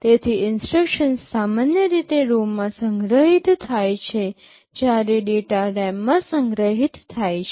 તેથી ઇન્સટ્રક્શન્સ સામાન્ય રીતે ROM માં સંગ્રહિત થાય છે જ્યારે ડેટા RAM માં સંગ્રહિત થાય છે